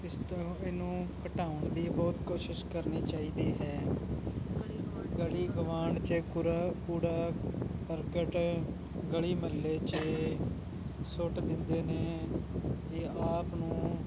ਇਸ ਤੋਂ ਇਹਨੂੰ ਘਟਾਉਣ ਦੀ ਬਹੁਤ ਕੋਸ਼ਿਸ਼ ਕਰਨੀ ਚਾਹੀਦੀ ਹੈ ਗਲੀ ਗੁਆਂਢ 'ਚ ਕੂਰਾ ਕੂੜਾ ਕਰਕਟ ਗਲੀ ਮੁਹੱਲੇ 'ਚ ਸੁੱਟ ਦਿੰਦੇ ਨੇ ਜੇ ਆਪ ਨੂੰ